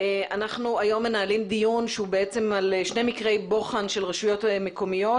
אנחנו היום מנהלים דיון שהוא בעצם על שני מקרי בוחן של רשויות מקומיות,